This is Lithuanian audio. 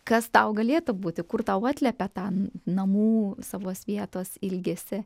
kas tau galėtų būti kur tau atliepia tą namų savos vietos ilgesį